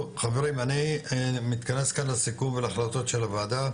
חברים אני מתכנס כאן לסיכום ולהחלטות של הוועדה.